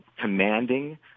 commanding